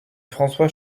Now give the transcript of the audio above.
françois